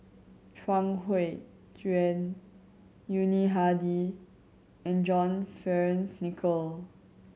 Chuang Hui Tsuan Yuni Hadi and John Fearns Nicoll